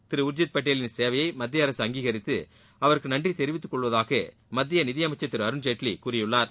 திரு உர்ஜித் பட்டேலின் சேவையை மத்திய அரசு அங்கீகரித்து அவருக்கு நன்றி தெரிவித்துக்கொள்வதாக மத்திய நிதி அமைச்சர் திரு அருண்ஜேட்லி கூறியுள்ளார்